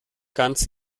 ganz